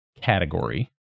category